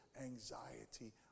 anxiety